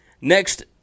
Next